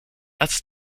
als